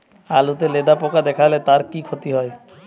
আলুতে লেদা পোকা দেখালে তার কি ক্ষতি হয়?